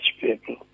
people